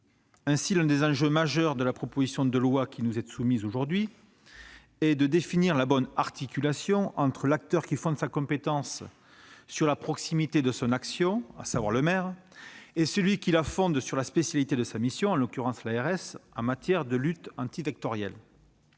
Aussi, l'un des enjeux majeurs de cette proposition de loi consiste à définir la bonne articulation entre l'acteur qui fonde sa compétence sur la proximité de son action, à savoir le maire, et celui qui la fonde sur la spécialité de sa mission, en l'occurrence l'ARS, en matière de lutte antivectorielle.